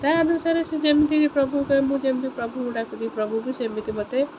ତା ଅନୁସାରେ ସେ ଯେମିତିକି ପ୍ରଭୁ କରେ ମୁଁ ଯେମିତି ପ୍ରଭୁଙ୍କୁ ଡାକିବି ପ୍ରଭୁ ସେମିତି ମୋତେ